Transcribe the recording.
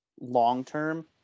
long-term